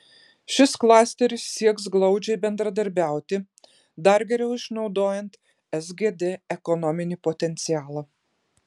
šis klasteris sieks glaudžiai bendradarbiauti dar geriau išnaudojant sgd ekonominį potencialą